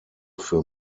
für